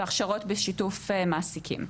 והכשרות בשיתוף מעסיקים.